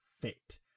fit